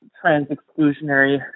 trans-exclusionary